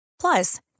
Plus